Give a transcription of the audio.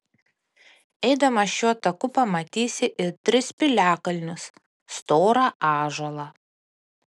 eidamas šiuo taku pamatysi ir tris piliakalnius storą ąžuolą